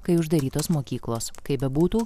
kai uždarytos mokyklos kaip bebūtų